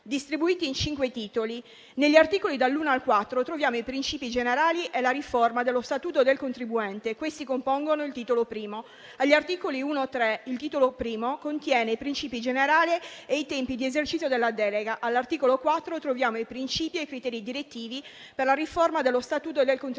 distribuiti in cinque titoli. Negli articoli dall'1 al 4 troviamo i principi generali e la riforma dello statuto del contribuente: questi compongono il titolo I. Agli articoli 1-3, il titolo I contiene i principi generali e i tempi di esercizio della delega. All'articolo 4 troviamo i principi e i criteri direttivi per la riforma dello statuto del contribuente,